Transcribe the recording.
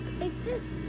exists